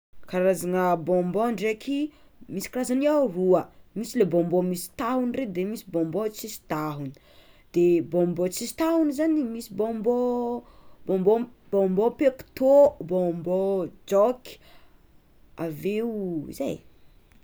Karazagna bonbon ndraiky misy karazagny aroa, misy le bonbon le misy tahony regny de misy bonbon le tsisy tahony, de bonbon tsisy tahony zany misy bonbon bonbon bonbon pecto, bonbon jok, aveo zay.